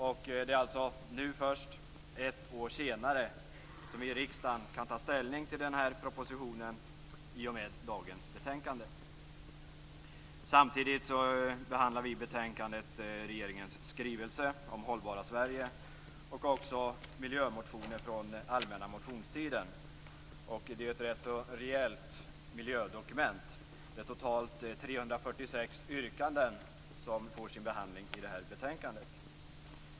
Det är alltså först nu ett år senare som vi i riksdagen kan ta ställning till propositionen i och med dagens betänkande. Samtidigt behandlar vi i betänkandet regeringens skrivelse om hållbara Sverige och också miljömotioner från den allmänna motionstiden. Det är ett rätt så rejält miljödokument. Det är totalt 346 yrkanden som får sin behandling i detta betänkande.